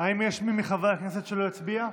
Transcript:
האם יש מי מחברי הכנסת שלא הצביע?